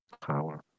power